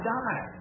die